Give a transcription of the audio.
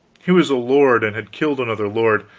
he was a lord, and had killed another lord,